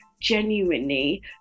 genuinely